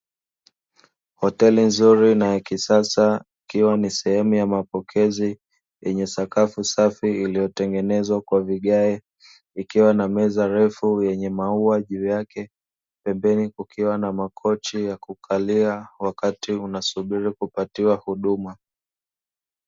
Hoteli nzuri na ya kisasa ikiwa ni sehemu ya mapokezi yenye sakafu safi iliyotengenezwa kwa vigae, ikiwa na meza refu yenye maua juu yake pembeni kukiwa na makochi ya kukalia wakati unasubiri kupatiwa huduma.